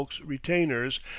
retainers